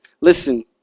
Listen